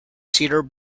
cedar